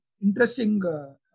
interesting